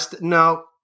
No